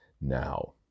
now